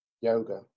yoga